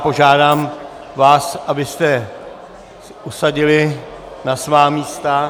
Požádám vás, abyste se usadili na svá místa.